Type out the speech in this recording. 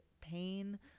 pain